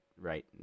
right